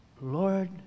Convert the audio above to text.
Lord